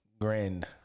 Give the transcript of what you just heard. grand